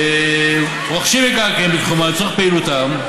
רוכשים מקרקעין בתחומן לצורך פעילותם,